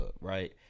right